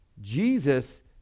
Jesus